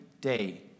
day